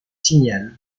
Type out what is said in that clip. signal